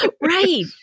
Right